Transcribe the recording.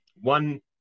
one